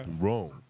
wrong